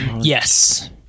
Yes